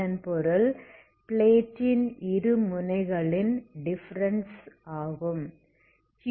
இதன் பொருள் பிளேட்டின் இரு முனைகளின் டிஃபரன்ஸ் ஆகும்